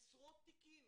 עשרות תיקים